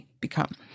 become